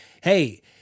hey